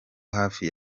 hafi